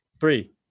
Three